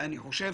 אני חושב